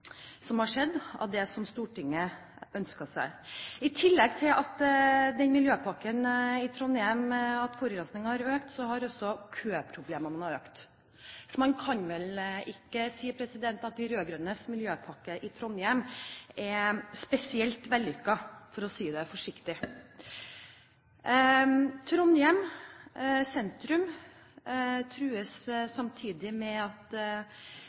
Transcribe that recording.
seg, har skjedd. I tillegg til at miljøpakken i Trondheim har ført til at forurensingen har økt, har også køproblemene økt. Så man kan vel ikke si at de rød-grønnes miljøpakke i Trondheim er spesielt vellykket, for å si det forsiktig. Trondheim sentrum trues samtidig av at